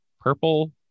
purple